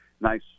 nice